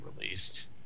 released